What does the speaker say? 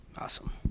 Awesome